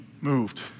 moved